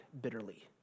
bitterly